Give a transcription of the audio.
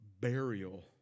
burial